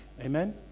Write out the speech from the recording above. Amen